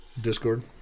Discord